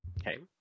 Okay